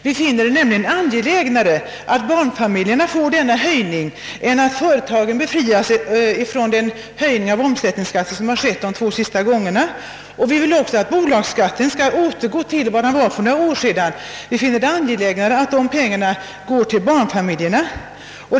Vi finner det nämligen angelägnare att barnfamiljerna får denna höjning än att företagen befrias från de två senaste höjningarna av omsättningsskatten. Vi vill även att bolagsskatten åter skall få den storlek som den hade för några år sedan; vi finner det angelägnare att de pengarna går till barnfamiljerna.